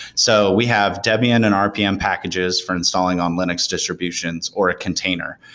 so we have debian and rpm packages for installing on linux distributions or a container,